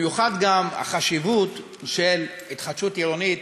ובמיוחד גם על החשיבות של התחדשות עירונית,